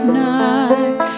night